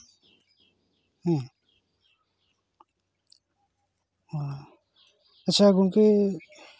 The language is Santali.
ᱦᱩᱸ ᱟᱪᱪᱷᱟ ᱜᱚᱝᱠᱮ